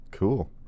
Cool